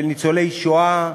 של ניצולי שואה.